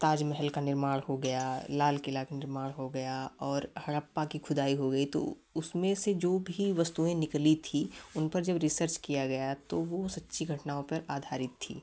ताजमहल का निर्माण हो गया लालकिला का निर्माण हो गया और हड़प्पा कि खुदाई हो गई तो उसमें से जो भी वस्तुएं निकली थी उनपर जब रिसर्च किया गया तो वो सच्ची घटनाओं पर आधारित थी